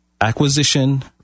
Acquisition